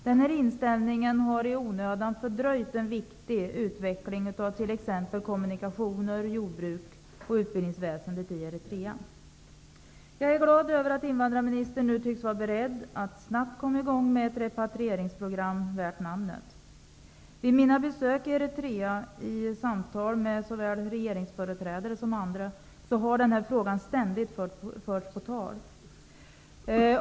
Den här inställningen har i onödan fördröjt en viktig utveckling av t.ex. Jag är glad över att invandrarministern tycks vara beredd att snabbt komma i gång med ett repatrieringsprogram värt namnet. Vid mina besök i Eritrea, i samtal med såväl regeringsföreträdare som andra, har denna fråga ständigt förts på tal.